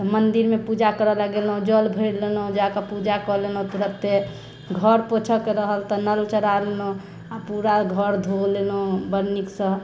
तऽ मंदिरमे पूजा करऽ लए गेलहुँ जल भरि लेलहुँ जाके पूजा कऽ लेलहुँ तुरते घर पोंछऽके रहल तऽ नल चला लेलहुँ आ पूरा घर धो लेलहुँ बड़ नीकसंँ